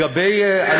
מה זה אומר?